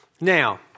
Now